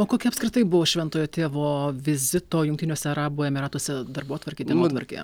o kokia apskritai buvo šventojo tėvo vizito jungtiniuose arabų emyratuose darbotvarkė dienotvarkė